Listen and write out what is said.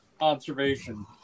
observation